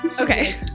Okay